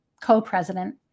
co-president